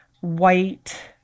white